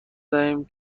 دهیم